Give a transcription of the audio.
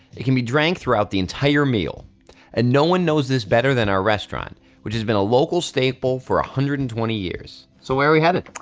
it can be drank throughout the entire meal and no one knows this better than our restaurant which has been a local staple for one hundred and twenty years. so where are we headed?